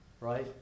right